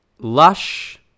lush